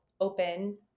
open